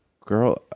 girl